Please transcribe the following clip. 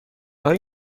های